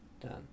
Done